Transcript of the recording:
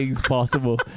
possible